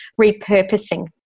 repurposing